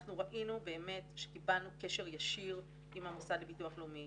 אנחנו ראינו באמת שקיבלנו קשר ישיר עם המוסד לביטוח לאומי.